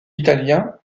italiens